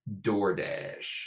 DoorDash